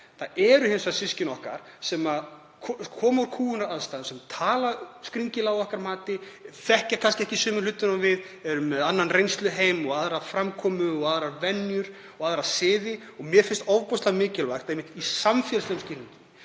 það eru hins vegar systkini okkar sem koma úr kúgunaraðstæðum, sem tala skringilega að okkar mati, þekkja kannski ekki sömu hluti og við, eru með annan reynsluheim og annars konar framkomu og aðrar venjur og aðra siði. Mér finnst ofboðslega mikilvægt, einmitt í samfélagslegum skilningi,